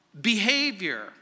behavior